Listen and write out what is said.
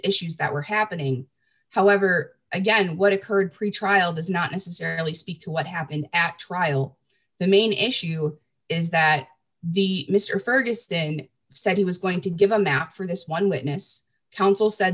issues that were happening however again what occurred pretrial does not necessarily speak to what happened at trial the main issue is that mr ferguson said he was going to give them out for this one witness counsel said